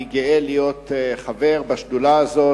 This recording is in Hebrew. אני גאה להיות חבר בשדולה הזאת,